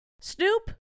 Snoop